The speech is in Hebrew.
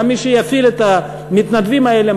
גם מי שיפעיל את המתנדבים האלה,